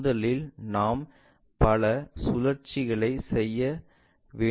முதலில் நாம் பல சுழற்சிகளைச் செய்ய வேண்டியிருக்கும்